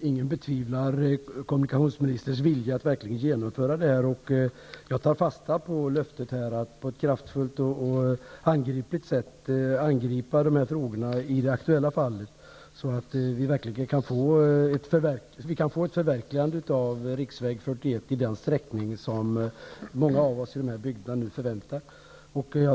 ingen betvivlar kommunikationsministerns vilja att verkligen genomföra detta projekt. Jag tar fasta på löftet att på ett kraftfullt och handfast sätt angripa dessa frågor i det aktuella fallet, så att vi kan få ett förverkligande som många av oss i bygderna förväntar oss av denna sträcka av riksväg 41.